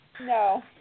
No